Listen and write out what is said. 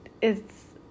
it's-